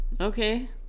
Okay